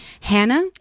Hannah